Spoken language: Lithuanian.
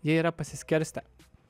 jie yra pasiskirstę